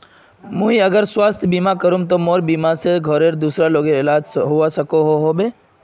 मुई अगर स्वास्थ्य बीमा करूम ते मोर बीमा से घोरेर दूसरा लोगेर इलाज होबे सकोहो होबे?